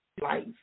life